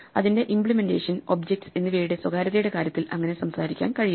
അതിന്റെ implementation objects എന്നിവയുടെ സ്വകാര്യതയുടെ കാര്യത്തിൽ അങ്ങനെ സംസാരിക്കാൻ കഴിയില്ല